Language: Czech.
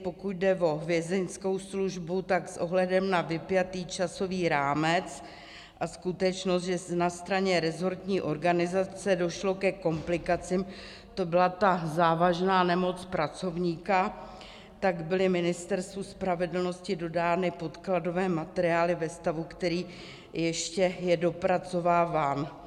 Pokud jde o Vězeňskou službu, tak s ohledem na vypjatý časový rámec a skutečnost, že na straně rezortní organizace došlo ke komplikacím, to byla ta závažná nemoc pracovníka, byly Ministerstvu spravedlnosti dodány podkladové materiály ve stavu, který je ještě dopracováván.